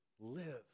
live